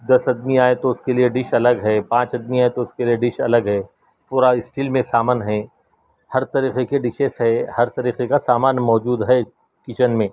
دس آدمی آئے تو اس کے لیے ڈش الگ ہے پانچ آدمی آئے تو اس کے لیے ڈش الگ ہے پورا اسٹیل میں سامان ہیں ہر طریقے کے ڈشز ہے ہر طریقہ کا سامان موجود ہے کچن میں